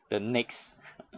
the next